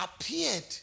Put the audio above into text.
appeared